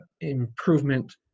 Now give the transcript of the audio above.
improvement